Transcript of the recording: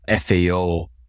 FAO